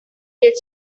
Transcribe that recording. did